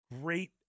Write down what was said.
great